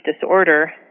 disorder